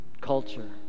culture